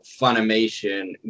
Funimation